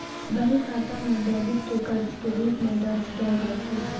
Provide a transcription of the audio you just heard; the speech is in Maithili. बही खाता मे डेबिट कें कर्ज के रूप मे दर्ज कैल जाइ छै